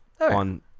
on